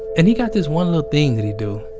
and he got this one little thing that he do.